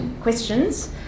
questions